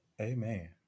amen